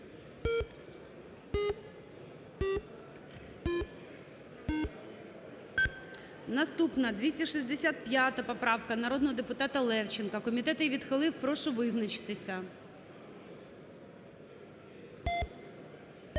Наступна. 132 поправка народного депутата Левченка, комітет її відхилив, прошу визначитися.